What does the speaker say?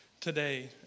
today